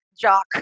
jock